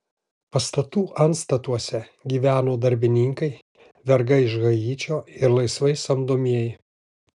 pastatų antstatuose gyveno darbininkai vergai iš haičio ir laisvai samdomieji